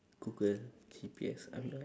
google G_P_S I'm right